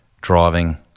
driving